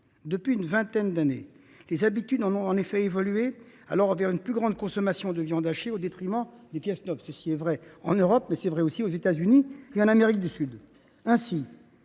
Depuis une vingtaine d’années, les habitudes ont en effet évolué vers une plus grande consommation de viande hachée au détriment des pièces nobles. C’est vrai en Europe, mais également aux États Unis et en Amérique du Sud. Ainsi,